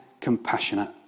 compassionate